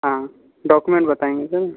हाँ डॉक्यूमेंट बताएंगे सर